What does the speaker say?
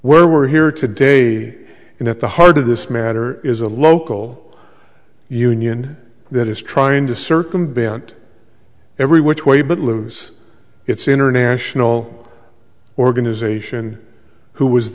where we're here today and at the heart of this matter is a local union that is trying to circumvent every which way but loose its international organisation who was